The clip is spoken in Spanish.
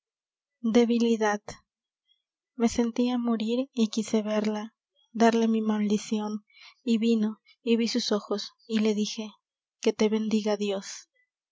debilidad me sentía morir y quise verla darle mi maldicion y vino y ví sus ojos y le dije que te bendiga dios